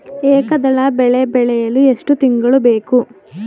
ಏಕದಳ ಬೆಳೆ ಬೆಳೆಯಲು ಎಷ್ಟು ತಿಂಗಳು ಬೇಕು?